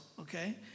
okay